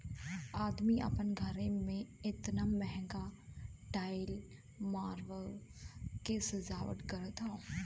अदमी आपन घरे मे एतना महंगा टाइल मार्बल के सजावट करत हौ